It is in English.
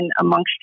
amongst